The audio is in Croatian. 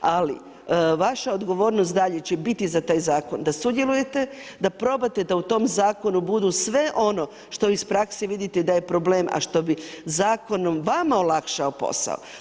Ali vaša odgovornost dalje će biti za taj zakon da sudjelujete, da probate da u tom zakonu bude sve ono što vi iz prakse vidite da je problem a što bi zakonom vama olakšao posao.